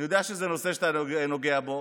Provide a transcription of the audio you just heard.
אני יודע שזה נושא שאתה נוגע בו,